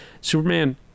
superman